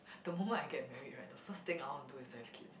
the moment I get married right the first thing I want to do is to have kids